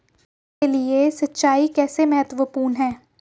कृषि के लिए सिंचाई कैसे महत्वपूर्ण है?